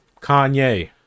Kanye